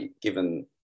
given